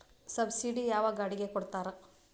Subsidy ಯಾವ ಗಾಡಿಗೆ ಕೊಡ್ತಾರ?